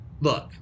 look